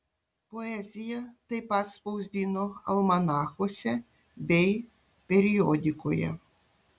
poeziją taip pat spausdino almanachuose bei periodikoje